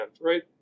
right